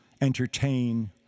entertain